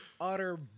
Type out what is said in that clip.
utter